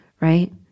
Right